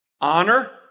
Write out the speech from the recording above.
Honor